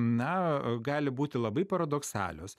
na gali būti labai paradoksalios